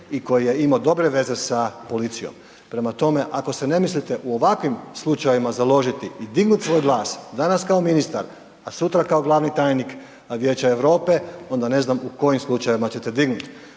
i koji je imao dobre veze sa policijom. Prema tome, ako se ne mislite u ovakvim slučajevima založiti i dignut svoj glas, danas kao ministar, a sutra kao glavni tajnik Vijeća Europa, onda ne znam u kojim slučajevima ćete dignut.